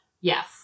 Yes